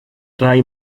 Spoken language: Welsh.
rai